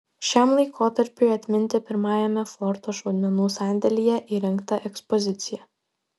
šiam laikotarpiui atminti pirmajame forto šaudmenų sandėlyje įrengta ekspozicija